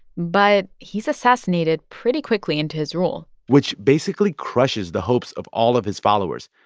but he's assassinated pretty quickly into his rule which basically crushes the hopes of all of his followers,